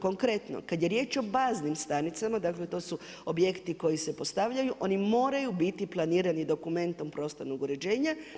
Konkretno, kad je riječ o baznim stanicama, dakle, to su objekti koji se postavljaju, oni moraju biti planirani dokumentom prostornog uređenja.